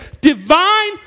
divine